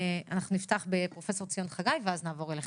אנחנו נפתח בפרופ' ציון חגי ואז נעבור אליכם.